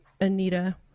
Anita